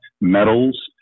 metals